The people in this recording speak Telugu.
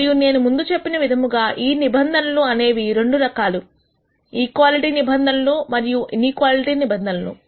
మరియు నేను ముందు చెప్పిన విధముగా ఈ నిబంధనలు అనేవి రెండు రకాలు ఈక్వాలిటీ నిబంధనలు మరియు ఈనీక్వాలిటీ నిబంధనలు